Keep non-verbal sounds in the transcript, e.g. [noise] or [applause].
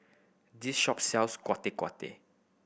this shop sells [unintelligible]